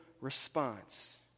response